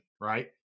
right